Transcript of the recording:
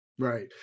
Right